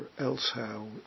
elsehow